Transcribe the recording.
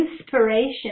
inspiration